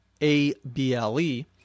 A-B-L-E